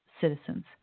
citizens